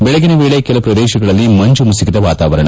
ಬೆಳಗಿನ ವೇಳೆ ಕೆಲ ಪ್ಪದೇಶಗಳಲ್ಲಿ ಮಂಜು ಮಸುಕಿದ ವಾತಾವರಣ